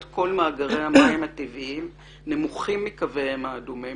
כל מאגרי המים הטבעיים נמוכים מקוויהם האדומים